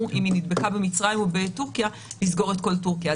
אם היא נדבקה במצרים או בטורקיה לסגור את כל טורקיה.